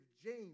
James